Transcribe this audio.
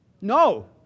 No